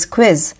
Quiz